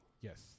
Yes